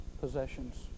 possessions